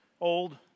old